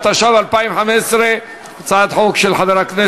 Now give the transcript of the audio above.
התשע"ו 2015. ההצעה להסיר